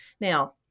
Now